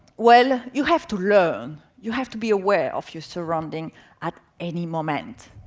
well, you have to learn, you have to be aware of your surroundings at any moment.